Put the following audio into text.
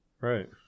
Right